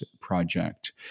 project